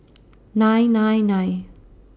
nine nine nine